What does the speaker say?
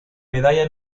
medalla